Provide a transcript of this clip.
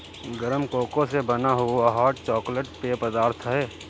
गरम कोको से बना हुआ हॉट चॉकलेट पेय पदार्थ है